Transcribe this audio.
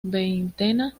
veintena